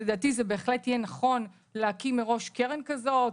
לדעתי זה בהחלט יהיה נכון להקים מראש קרן כזאת.